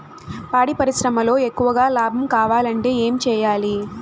పాడి పరిశ్రమలో ఎక్కువగా లాభం కావాలంటే ఏం చేయాలి?